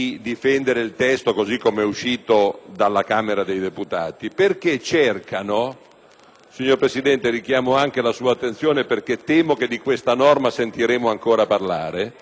signor Presidente, richiamo anche la sua attenzione perché temo che di questa norma sentiremo ancora parlare - di precisare l'ambito di applicazione